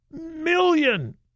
million